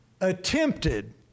attempted